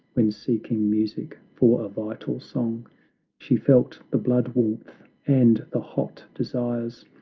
when seeking music for a vital song she felt the blood-warmth and the hot desires,